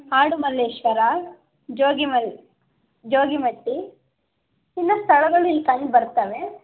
ಆಡುಮಲ್ಲೇಶ್ವರ ಜೋಗಿ ಮಲ್ ಜೋಗಿಮಟ್ಟಿ ಇನ್ನೂ ಸ್ಥಳಗಳು ಇಲ್ಲಿ ಕಂಡುಬರ್ತವೆ